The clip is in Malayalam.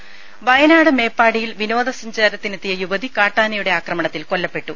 രുഭ വയനാട് മേപ്പാടിയിൽ വിനോദ സഞ്ചാരത്തിനെത്തിയ യുവതി കാട്ടാനയുടെ ആക്രമണത്തിൽ കൊല്ലപ്പെട്ടു